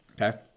Okay